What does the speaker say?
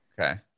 Okay